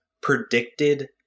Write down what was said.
predicted